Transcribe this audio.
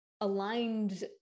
aligned